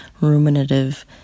ruminative